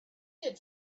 did